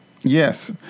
yes